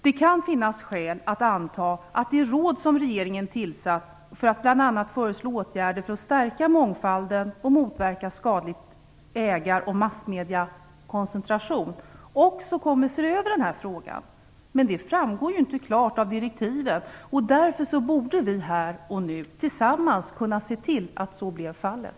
Det kan finnas skäl att anta att det råd som regeringen tillsatt för att bl.a. föreslå åtgärder för att stärka mångfalden och motverka skadlig ägar och massmediekoncentration också kommer att se över denna fråga, men det framgår inte klart av direktiven. Därför borde vi här och nu tillsammans se till att så blev fallet.